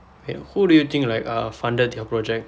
wait who do you think like uh funded their project